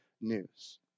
news